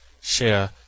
share